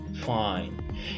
fine